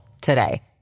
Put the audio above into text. today